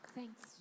Thanks